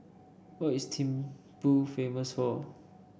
what is Thimphu famous for